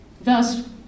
Thus